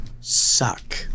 suck